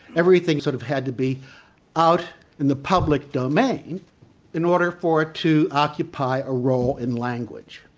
everything sort of had to be out in the public domain in order for it to occupy a role in language,